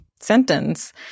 sentence